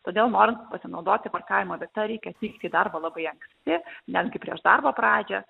todėl norint pasinaudoti parkavimo vieta reikia atvykti į darbą labai anksti netgi prieš darbo pradžią